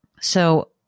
So-